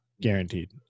Guaranteed